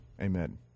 Amen